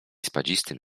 spadzistym